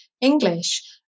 English